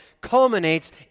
culminates